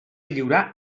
lliurar